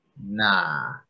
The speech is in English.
Nah